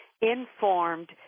informed